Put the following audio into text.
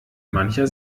mancher